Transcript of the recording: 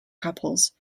couples